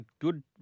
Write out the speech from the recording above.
good